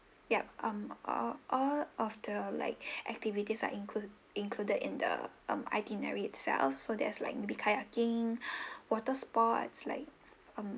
yup um all all of the like activities are include included in the um itinerary itself so there's like may be kayaking water sports like um